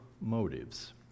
motives